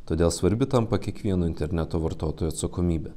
todėl svarbi tampa kiekvieno interneto vartotojo atsakomybė